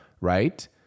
right